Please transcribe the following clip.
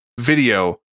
video